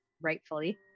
rightfully